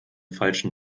falschen